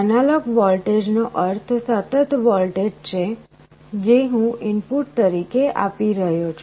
analogue વોલ્ટેજનો અર્થ સતત વોલ્ટેજ છે જે હું ઇનપુટ તરીકે આપી રહ્યો છું